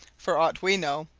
for aught we know,